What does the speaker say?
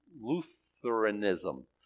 Lutheranism